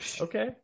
okay